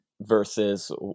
versus